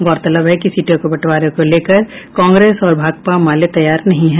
गौरतलब है कि सीटों के बंटवारे को लेकर कांग्रेस और भाकपा माले तैयार नहीं है